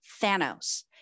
Thanos